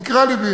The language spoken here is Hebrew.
נקרע לבי